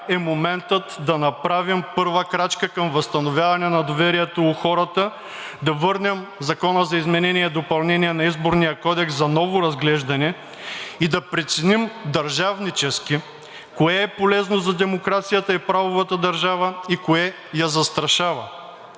е моментът да направим първа крачка към възстановяване на доверието у хората, да върнем Законопроекта за изменение и допълнение на Изборния кодекс за ново разглеждане и да преценим държавнически кое е полезно за демокрацията и правовата държава и кое я застрашава.